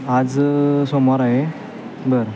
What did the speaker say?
आज सोमवार आहे बरं